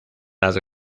las